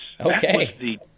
Okay